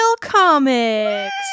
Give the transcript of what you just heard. Comics